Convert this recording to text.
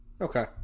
okay